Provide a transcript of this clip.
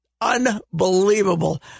unbelievable